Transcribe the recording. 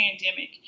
pandemic